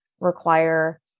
require